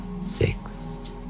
Six